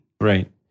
Right